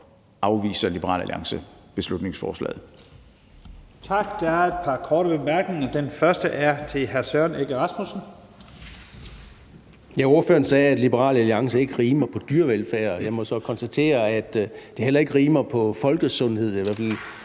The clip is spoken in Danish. afviser Liberal Alliance beslutningsforslaget.